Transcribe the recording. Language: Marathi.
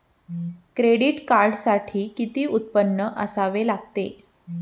क्रेडिट कार्डसाठी किती उत्पन्न असावे लागते?